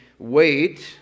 Wait